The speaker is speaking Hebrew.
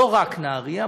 לא רק נהריה,